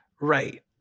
Right